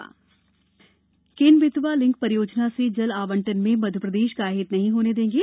केन Betwa link Ken Betwa link परियोजना से जल आवंटन में मध्यप्रदेश का अहित नहीं होने देंगे